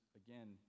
again